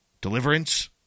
deliverance